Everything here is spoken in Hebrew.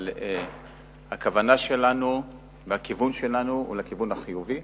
אבל הכוונה שלנו, הכיוון שלנו הוא כיוון החיובי,